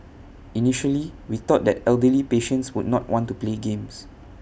initially we thought that elderly patients would not want to play games